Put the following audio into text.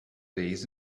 days